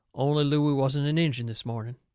only looey wasn't an injun this morning.